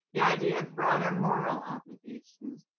the idea of broader moral obligations,